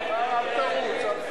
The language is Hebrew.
ההצעה להסיר מסדר-היום את הצעת